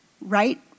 right